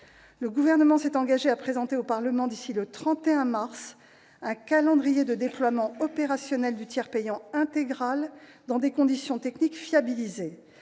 Le Gouvernement s'est engagé à présenter au Parlement, d'ici au 31 mars 2018, un calendrier de déploiement opérationnel du tiers payant intégral dans des conditions techniques fiabilisées.